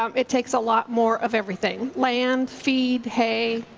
um it takes a lot more of everything. land, feed, hay.